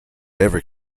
every